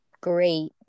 great